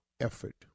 effort